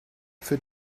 für